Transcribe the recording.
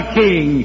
king